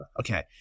Okay